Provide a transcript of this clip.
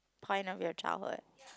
point of your childhood